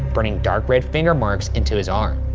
burning dark red finger marks into his arm.